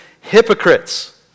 hypocrites